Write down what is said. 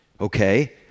Okay